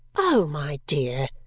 oh, my dear!